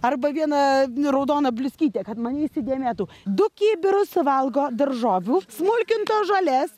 arba viena raudona bliuskyte kad mane įsidėmėtų du kibirus suvalgo daržovių smulkintos žolės